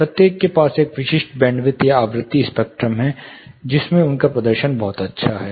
प्रत्येक के पास एक विशिष्ट बैंडविड्थ या आवृत्ति स्पेक्ट्रम है जिसमें उनका प्रदर्शन बहुत अच्छा है